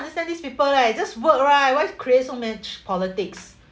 stand these people leh just work right why create so much politics